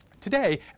Today